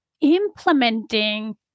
implementing